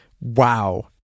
Wow